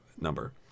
number